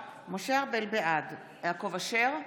בעד יעקב אשר,